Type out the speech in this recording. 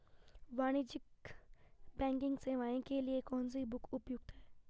वाणिज्यिक बैंकिंग सेवाएं के लिए कौन सी बैंक उपयुक्त है?